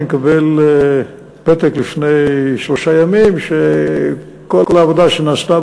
אני מקבל פתק לפני שלושה ימים שכל העבודה שנעשתה,